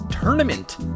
tournament